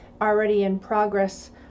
already-in-progress